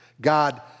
God